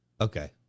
Okay